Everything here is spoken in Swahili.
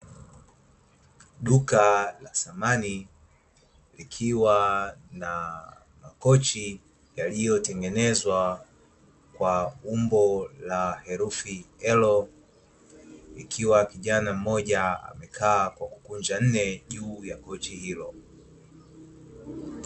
Duka la samani likiwa na makochi yaliyotengenezwa kwa umbo la herufi L likiwa kijana mmoja amekaa kwa kukunja nne juu ya kochi hilo.